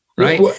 Right